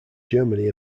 germany